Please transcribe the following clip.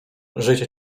życie